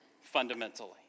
fundamentally